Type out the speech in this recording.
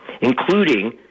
including